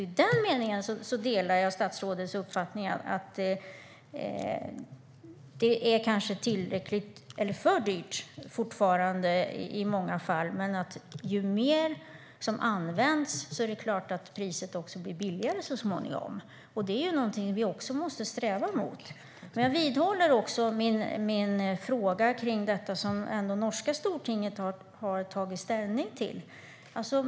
I den meningen delar jag statsrådets uppfattning att det fortfarande i många fall är för dyrt. Men ju mer det används, desto lägre blir så småningom priset. Det är något som vi måste sträva efter. Jag vidhåller min fråga som gäller det som norska stortinget har tagit ställning till.